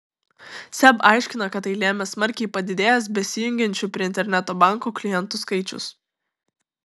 seb aiškina kad tai lėmė smarkiai padidėjęs besijungiančių prie interneto banko klientų skaičius